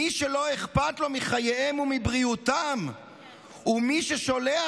מי שלא אכפת לו מחייהם או מבריאותם הוא מי ששולח